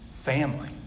Family